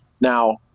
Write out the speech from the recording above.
Now